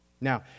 Now